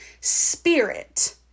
spirit